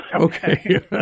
Okay